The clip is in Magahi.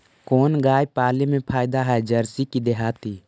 कोन गाय पाले मे फायदा है जरसी कि देहाती?